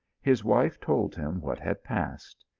his wife told him what had passed.